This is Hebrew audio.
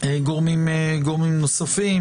גורמים נוספים,